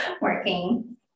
working